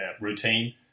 routine